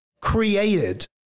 created